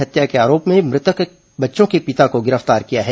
हत्या के आरोप में मृतक बच्चों के पिता को गिरफ्तार किया है